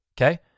Okay